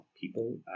people